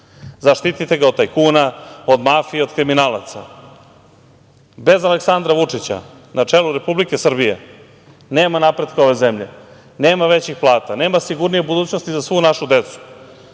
Zaštitite ga od tajkuna, od mafije, od kriminalaca. Bez Aleksandra Vučića na čelu Republike Srbije nema napretka ove zemlje, nema većih plata, nema sigurnije budućnosti za svu našu decu.